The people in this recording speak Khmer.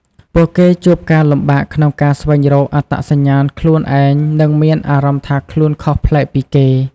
ពួកគេជួបការលំបាកក្នុងការស្វែងរកអត្តសញ្ញាណខ្លួនឯង និងមានអារម្មណ៍ថាខ្លួនខុសប្លែកពីគេ។